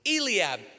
Eliab